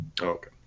Okay